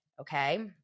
okay